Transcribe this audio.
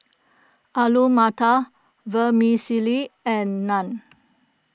Alu Matar Vermicelli and Naan